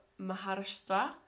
Maharashtra